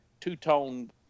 two-tone